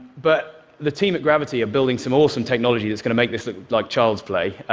but the team at gravity are building some awesome technology that's going to make this look like child's play.